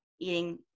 eating